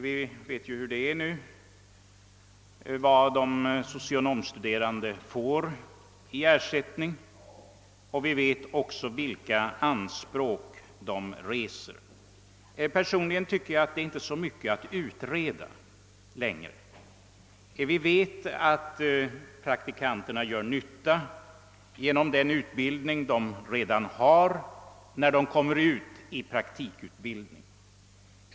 Vi vet ju vad de socionomstuderande för närvarande får i ersättning och även vilka anspråk de reser. Personligen tycker jag att det inte längre är så mycket att utreda. Vi vet att praktikanterna gör nytta genom den utbildning de redan har när de kommer ut i praktiktjänstgöring.